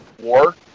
war